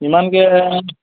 ইমানকে